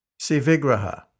Sivigraha